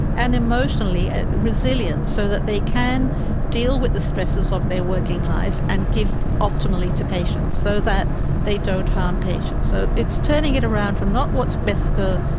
and emotionally ah resilient so that they can deal with the stresses of their working life and give optimally to patients, so that they don't harm patients. so it's turning it around from not what's best for,